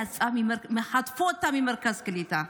חטפו אותה ממרכז קליטה.